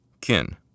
Kin